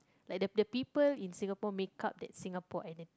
like the the people in Singapore make-up that Singapore identity